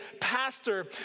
pastor